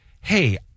hey